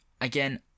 Again